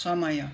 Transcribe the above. समय